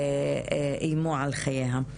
ואיימו על חייה.